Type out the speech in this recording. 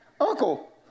Uncle